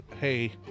Hey